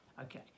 Okay